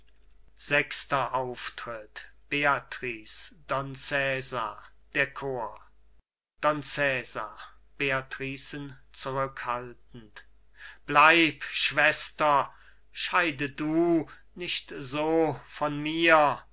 sechster auftritt beatrice don cesar der chor don cesar beatricen zurückhaltend bleib schwester scheide du nicht so von mir